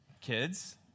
Kids